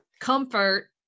comfort